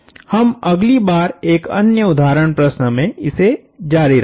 हम इसे अगली बार एक अन्य उदाहरण प्रश्न में इसे जारी रखेंगे